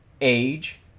age